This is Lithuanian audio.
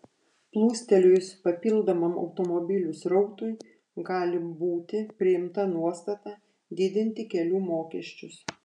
plūstelėjus papildomam automobilių srautui gali būti priimta nuostata didinti kelių mokesčius